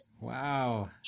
Wow